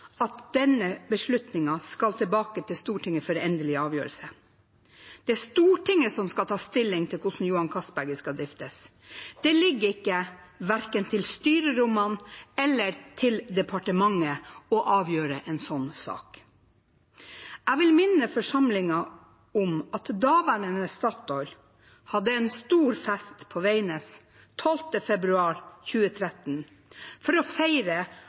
at denne beslutningen skal tilbake til Stortinget for endelig avgjørelse. Det er Stortinget som skal ta stilling til hvordan Johan Castberg skal driftes. Det ligger verken til styrerommene eller til departementet å avgjøre en sånn sak. Jeg vil minne forsamlingen om at daværende Statoil hadde en stor fest på Veidnes 12. februar 2013 for å feire